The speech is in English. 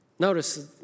Notice